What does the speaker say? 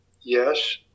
yes